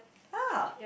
ah